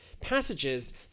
passages